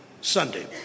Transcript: Sunday